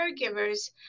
caregivers